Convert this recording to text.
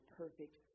perfect